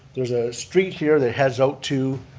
there's a street here that heads out to,